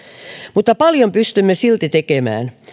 mutta paljon pystymme silti tekemään